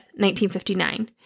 1959